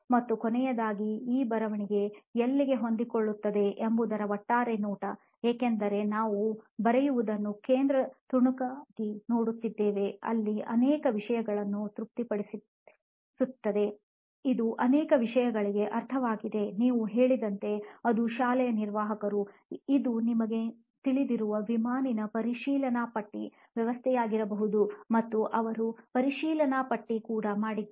ಮತ್ತು ಕೊನೆಯದಾಗಿ ಈ ಬರವಣಿಗೆ ಎಲ್ಲಿಗೆ ಹೊಂದಿಕೊಳ್ಳುತ್ತದೆ ಎಂಬುದರ ಒಟ್ಟಾರೆ ನೋಟ ಏಕೆಂದರೆ ನಾವು ಬರೆಯುವುದನ್ನು ಕೇಂದ್ರ ತುಣುಕಾಗಿ ನೋಡುತ್ತಿದ್ದೇವೆ ಅಲ್ಲಿ ಅದು ಅನೇಕ ವಿಷಯಗಳನ್ನು ತೃಪ್ತಿಪಡಿಸುತ್ತದೆ ಇದು ಅನೇಕ ವಿಷಯಗಳಿಗೆ ಅರ್ಥವಾಗಿದೆನೀವು ಹೇಳಿದಂತೆ ಅದು ಶಾಲೆಯ ನಿರ್ವಾಹಕರು ಇದು ನಿಮಗೆ ತಿಳಿದಿರುವ ವಿಮಾನಿನ ಪರಿಶೀಲನಾಪಟ್ಟಿ ವ್ಯವಸ್ಥೆಯಾಗಿರಬಹುದು ಮತ್ತು ಅವರು ಪರಿಶೀಲನಾಪಟ್ಟಿ ಕೂಡ ಮಾಡುತ್ತಾರೆ